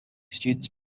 students